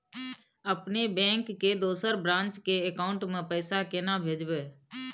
अपने बैंक के दोसर ब्रांच के अकाउंट म पैसा केना भेजबै?